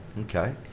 Okay